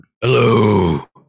Hello